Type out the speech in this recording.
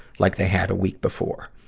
like they had a week before.